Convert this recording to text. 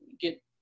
get